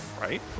right